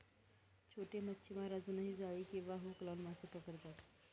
छोटे मच्छीमार अजूनही जाळी किंवा हुक लावून मासे पकडतात